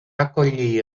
acollir